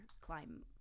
climb